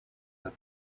that